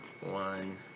One